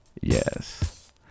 yes